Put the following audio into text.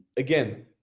again,